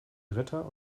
dritter